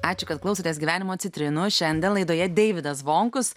ačiū kad klausotės gyvenimo citrinų šiandien laidoje deividas zvonkus